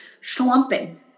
slumping